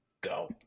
go